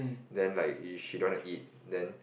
then like if she don't want to eat then